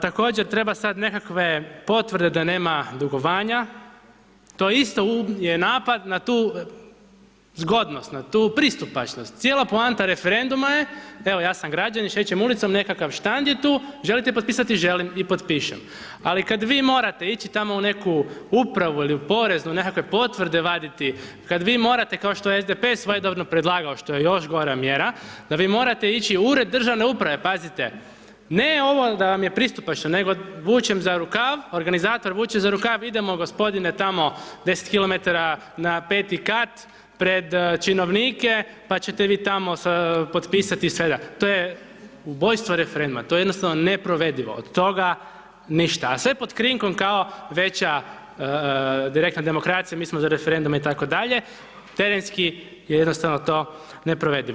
Također treba sad nekakve potvrde na nema dugovanja, to isto je napad na tu zgodnost, na tu pristupačnost, cijela poanta referenduma je evo ja sam građanin šećem ulicom nekakav štand je tu želite potpisati, želim i potpišem, ako kad vi morate ići tamo u neku upravu ili u poreznu nekakve potvrde vaditi, kad vi morate kao što je SDP svojedobno predlagao što je još gora mjera, da vi morate ići u ured državne uprave, pazite ne ovo da vam je pristupačno, nego vučem za rukav, organizator vuče za rukav idemo gospodine tamo 10 km na 5 kat pred činovnike pa ćete vi tamo potpisati i sve dat, to je ubojstvo referenduma to je jednostavno neprovedivo, od toga ništa, a sve pod krinkom kao veća direktna demokracija, mi smo za referendume itd., terenski je jednostavno to neprovedivo.